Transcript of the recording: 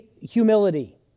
humility